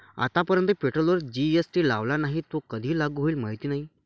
आतापर्यंत पेट्रोलवर जी.एस.टी लावला नाही, तो कधी लागू होईल माहीत नाही